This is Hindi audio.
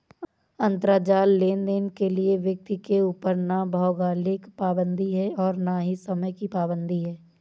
अंतराजाल लेनदेन के लिए व्यक्ति के ऊपर ना भौगोलिक पाबंदी है और ना ही समय की पाबंदी है